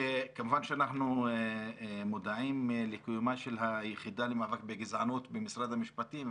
כמובן שאנחנו מודעים לקיומה של היחידה למאבק בגזענות במשרד המשפטים.